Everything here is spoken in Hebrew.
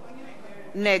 דניאל הרשקוביץ,